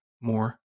more